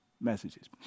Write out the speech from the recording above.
messages